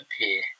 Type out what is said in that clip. appear